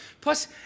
Plus